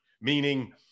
meaning